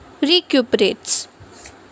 recuperates